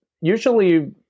usually